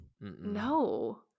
No